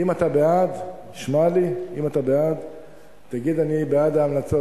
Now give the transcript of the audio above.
אם אתה בעד, שמע לי, תגיד: אני בעד ההמלצות.